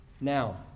Now